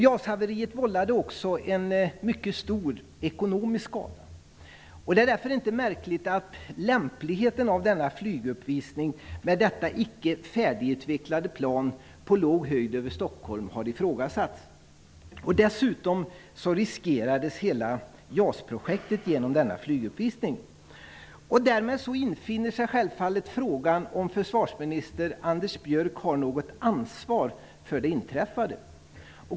JAS-haveriet vållade också en mycket stor ekonomisk skada. Det är därför inte märkligt att lämpligheten av denna flyguppvisning med detta icke färdigutvecklade plan på låg höjd över Stokholm har ifrågasatts. Dessutom riskerades hela Därmed infinner sig självfallet frågan om försvarsminister Anders Björck har något ansvar för det inträffade.